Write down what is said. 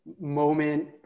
moment